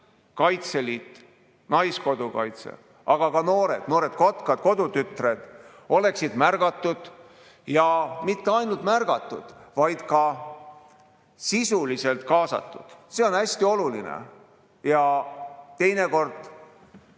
Kaitseliit, Naiskodukaitse, aga ka noored, Noored Kotkad ja Kodutütred, oleksid märgatud ja mitte ainult märgatud, vaid ka sisuliselt kaasatud. See on hästi oluline. Ja teinekord